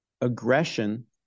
aggression